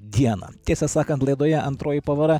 dieną tiesą sakant laidoje antroji pavara